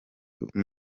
buri